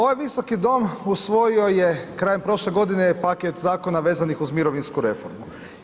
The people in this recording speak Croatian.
Ovaj Visoki dom usvojio je krajem prošle godine paket zakona vezanih uz mirovinsku reformu.